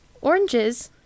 Oranges